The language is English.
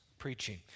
preaching